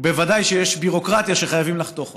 בוודאי יש ביורוקרטיה שחייבים לחתוך אותה.